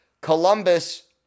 Columbus